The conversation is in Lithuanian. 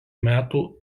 metų